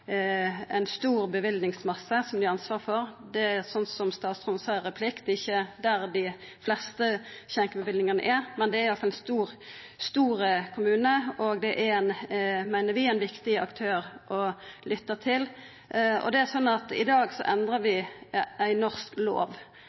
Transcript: ein stor bevillingsmasse som dei har ansvar for. Som statsråden sa i ein replikk, er det ikkje der dei fleste skjenkebevillingane er, men det er ein stor kommune, og det er, meiner vi, ein viktig aktør å lytta til. Det er slik at i dag endrar vi ein norsk lov.